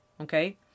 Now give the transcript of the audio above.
Okay